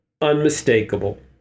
unmistakable